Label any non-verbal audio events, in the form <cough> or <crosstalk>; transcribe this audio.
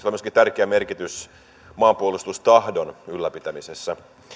<unintelligible> on myöskin tärkeä merkitys maanpuolustustahdon ylläpitämiselle